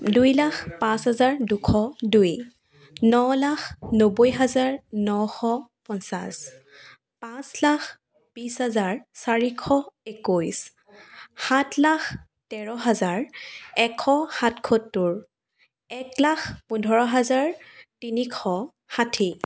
দুই লাখ পাঁচ হাজাৰ দুশ দুই ন লাখ নব্বৈ হাজাৰ নশ পঞ্চাছ পাঁচ লাখ বিশ হাজাৰ চাৰিশ একৈছ সাত লাখ তেৰ হাজাৰ এশ সাতসত্তৰ এক লাখ পোন্ধৰ হাজাৰ তিনিশ ষাঠি